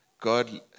God